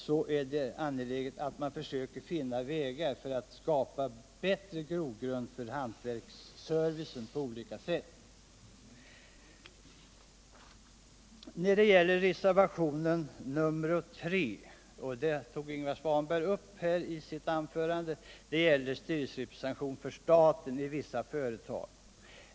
Det är angeläget ati finna sådana vägar att bättre grogrund skapas för hantverksservice på olika sätt. Reservationen 3, som Ingvar Svanberg tog upp i sitt anförande, gäller styrelserepresentation för staten i vissa företag.